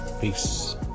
Peace